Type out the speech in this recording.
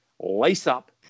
lace-up